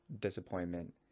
disappointment